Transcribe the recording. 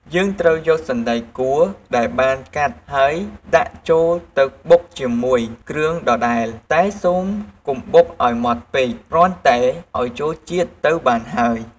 យើងត្រូវយកសណ្ដែកគួរ ដែលបានកាត់ហើយដាក់ចូលទៅបុកជាមួយគ្រឿងដដែល តែសូមកុំបុកឱ្យម៉ដ្ឋពេក គ្រាន់តែឱ្យចូលជាតិទៅបានហើយ។